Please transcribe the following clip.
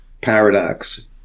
paradox